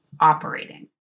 operating